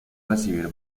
recibir